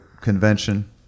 convention